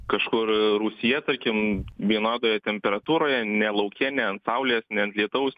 kažkur rūsyje tarkim vienodoje temperatūroje ne lauke ne ant saulės ne ant lietaus